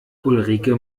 ulrike